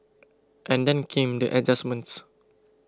and then came the adjustments